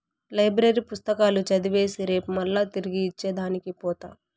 library పుస్తకాలు చదివేసి రేపు మల్లా తిరిగి ఇచ్చే దానికి పోత